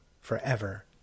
forever